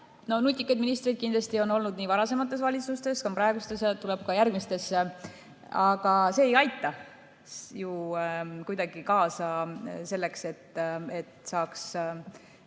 No nutikaid ministreid on kindlasti olnud nii varasemates valitsustes, on praeguses kui tuleb ka järgmistes. Aga see ei aita ju kuidagi kaasa sellele, et ei